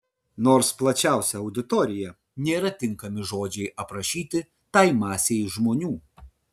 nors plačiausia auditorija nėra tinkami žodžiai aprašyti tai masei žmonių